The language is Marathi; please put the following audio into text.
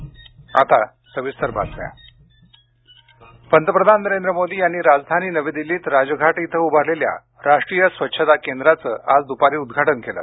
राष्ट्रीय स्वच्छता केंद्र पंतप्रधान नरेंद्र मोदी यांनी राजधानी नवी दिल्लीत राजघाट इथं उभारलेल्या राष्ट्रीय स्वच्छता केंद्राचं आज दुपारी उद्घाटन केलं